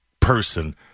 person